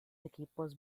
equipos